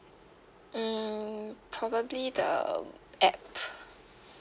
hmm probably the app